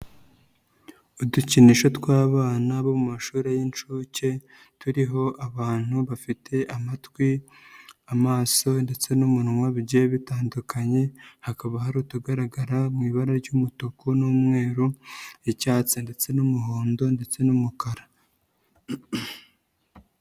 Udukinisho tw'abana bo mu mashuri y'inshuke turiho abantu bafite amatwi, amaso ndetse n'umunwa bigiye bitandukanye, hakaba hari utugaragara mu ibara ry'umutuku n'umweru n'icyatsi ndetse n'umuhondo ndetse n'umukara.